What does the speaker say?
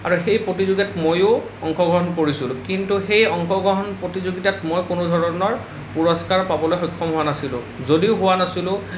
আৰু সেই প্ৰতিযোগিতাত মইয়ো অংশগ্ৰহণ কৰিছিলোঁ কিন্তু সেই অংশগ্ৰহণ প্ৰতিযোগিতাত মই কোনোধৰণৰ পুৰস্কাৰ পাবলৈ সক্ষম হোৱা নাছিলোঁ যদিও হোৱা নাছিলোঁ